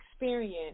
experience